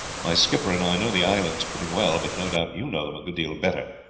my skipper and i know the islands pretty well, but no doubt you know them a good deal better,